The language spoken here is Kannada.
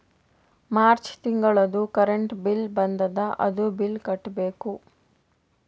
ಮಾರ್ಚ್ ತಿಂಗಳದೂ ಕರೆಂಟ್ ಬಿಲ್ ಬಂದದ, ಅದೂ ಬಿಲ್ ಕಟ್ಟಬೇಕ್